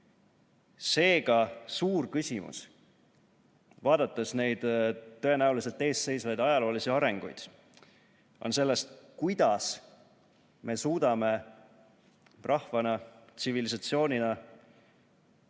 Seega, suur küsimus, vaadates neid tõenäoliselt ees seisvaid ajaloolisi arenguid, on selles, kuidas me suudame rahvana, tsivilisatsioonina